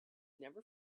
never